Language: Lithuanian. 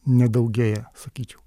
nedaugėja sakyčiau